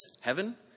heaven